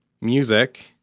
music